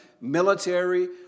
military